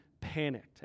panicked